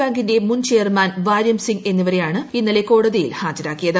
ബാങ്കിന്റെ മുൻ ചെയർമാൻ വാര്യം സിംഗ് എന്നിവരെയാണ് ഇന്നലെ കോടതിയിൽ ഫ്ട്രൂജരാക്കിയത്